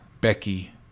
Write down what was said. Becky